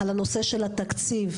על הנושא של התקציב,